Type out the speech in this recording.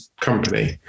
company